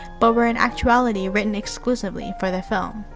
but were in actuality, written exclusively for the film.